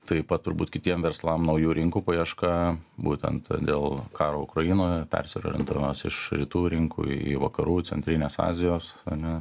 taip pat turbūt kitiem verslam naujų rinkų paieška būtent dėl karo ukrainoje persiorientavimas iš rytų rinkų į į vakarų centrinės azijos ane